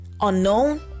Unknown